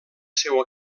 seu